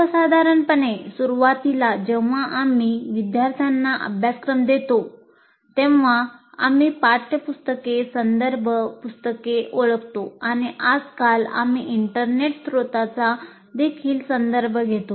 सर्वसाधारणपणे सुरुवातीला जेव्हा आम्ही विद्यार्थ्यांना अभ्यासक्रम देतो तेव्हा आम्ही पाठ्यपुस्तके संदर्भ पुस्तके ओळखतो आणि आजकाल आम्ही इंटरनेट स्त्रोतांचा देखील संदर्भ घेतो